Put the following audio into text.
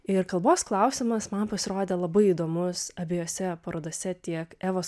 ir kalbos klausimas man pasirodė labai įdomus abiejose parodose tiek evos